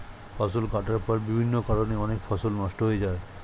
ফসল কাটার পর বিভিন্ন কারণে অনেক ফসল নষ্ট হয়ে যায়